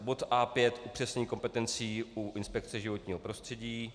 Bod A5 upřesnění kompetencí u inspekce životního prostředí.